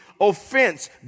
offense